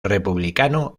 republicano